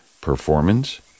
performance